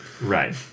Right